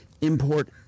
import